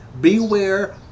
beware